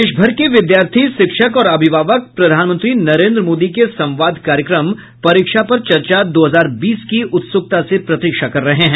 देश भर के विद्यार्थी शिक्षक और अभिभावक प्रधानमंत्री नरेन्द्र मोदी के संवाद कार्यक्रम परीक्षा पर चर्चा दो हजार बीस की उत्सुकता से प्रतीक्षा कर रहे हैं